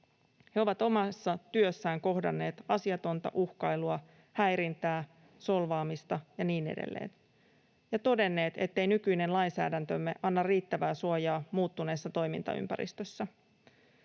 He ovat omassa työssään kohdanneet asiatonta uhkailua, häirintää, solvaamista ja niin edelleen ja todenneet, ettei nykyinen lainsäädäntömme anna riittävää suojaa muuttuneessa toimintaympäristössä.